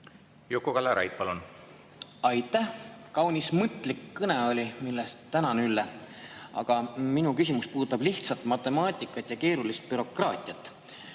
Juku-Kalle Raid, palun! Aitäh! Kaunis mõtlik kõne oli, mille eest tänan, Ülle. Aga minu küsimus puudutab lihtsat matemaatikat ja keerulist bürokraatiat.